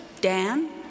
Dan